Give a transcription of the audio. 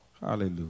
Hallelujah